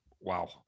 Wow